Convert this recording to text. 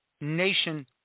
nation